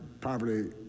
poverty